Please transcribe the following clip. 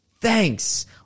thanks